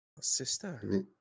Sister